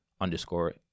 underscore